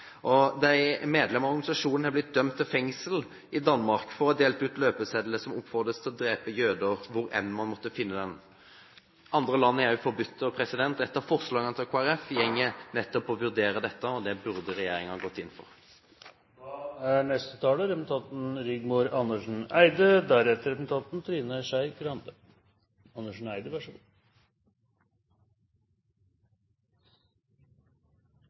nektes stemmerett. Medlemmer av organisasjonen har blitt dømt til fengsel i Danmark for å ha delt ut løpesedler som oppfordrer til å drepe jøder hvor enn man måtte finne dem. Andre land har også forbudt organisasjonen. Ett av forslagene til Kristelig Folkeparti går nettopp på å vurdere dette, og det burde regjeringen ha gått inn